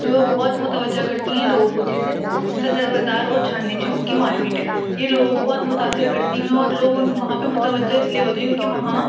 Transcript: جو بہت متوجہ کرتی ہیں لوگوں کو جیسے صدر بازار اور چاندنی چوک کی مارکیٹ ہے یہ لوگوں کو بہت متاأثر کرتی ہیں اور لوگ ان وہاں پہ متوجہ اس لیے ہوتے ہیں کیونکہ وہاں